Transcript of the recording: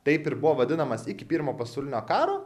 taip ir buvo vadinamas iki pirmo pasaulinio karo